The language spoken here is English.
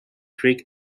creek